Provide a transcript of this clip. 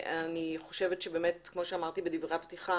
אני חושבת שכמו שאמרתי בדברי הפתיחה,